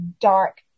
dark